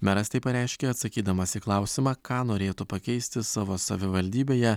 meras tai pareiškė atsakydamas į klausimą ką norėtų pakeisti savo savivaldybėje